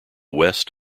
west